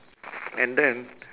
and then